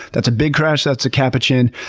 that's a big crash, that's a capuchin.